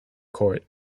court